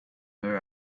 her